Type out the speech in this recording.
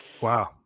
wow